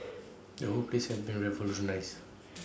the whole place has been revolutionised